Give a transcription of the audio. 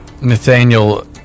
Nathaniel